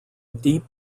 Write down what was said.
deep